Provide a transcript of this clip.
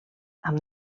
amb